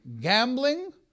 gambling